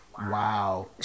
Wow